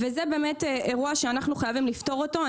וזה באמת אירוע שאנחנו חייבים לפתור אותו.